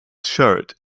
shirt